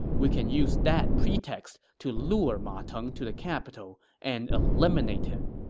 we can use that pretext to lure ma teng to the capital and eliminate him.